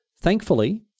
Thankfully